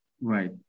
Right